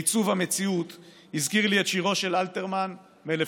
הסילוף הזה בעיצוב המציאות הזכיר לי את שירו של אלתרמן מ-1943,